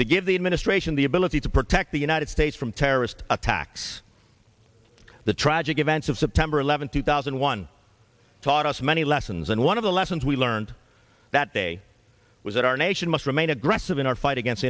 to give the administration the ability to protect the united states from terrorist attacks the tragic events of september eleventh two thousand and one taught us many lessons and one of the lessons we learned that day was that our nation must remain aggressive in our fight against